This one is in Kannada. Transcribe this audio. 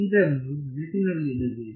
ಇದನ್ನು ನೆನಪಿನಲ್ಲಿಡಬೇಕು